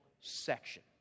section